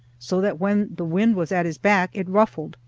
so that when the wind was at his back it ruffled,